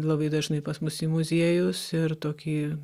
labai dažnai pas mus į muziejus ir tokį